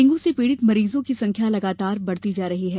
dengue से पीड़ित मरीजों की संख्या लगातार बढ़ती जा रही है